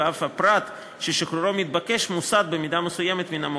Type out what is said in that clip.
ואף הפרט ששחרורו מתבקש מוסט במידה מסוימת מן המוקד.